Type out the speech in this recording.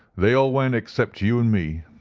they all went except you and me.